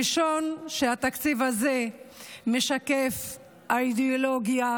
הראשון, שהתקציב הזה משקף את אידיאולוגיה